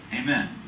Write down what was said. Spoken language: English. Amen